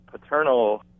paternal